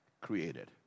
created